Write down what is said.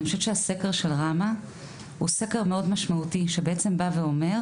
אני חושבת שהסקר של ראמ"ה הוא סקר מאוד משמעותי שבא ואומר,